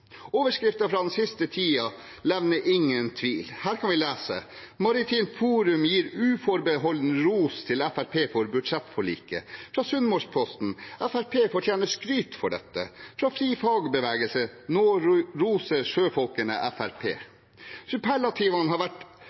fra den siste tiden levner ingen tvil. Her kan vi lese: «Maritimt Forum gir uforbeholden ros til FrP for budsjettforliket.» Fra Sunnmørsposten: «Frp fortjener skryt for dette.» Fra FriFagbevegelse: «Nå roser sjøfolkene Frp.» Superlativene har